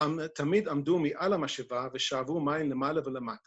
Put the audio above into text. ‫תמיד עמדו מעל המשאבה ‫ושאבו מים למעלה ולמטה.